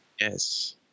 Yes